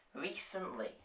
recently